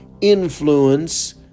influence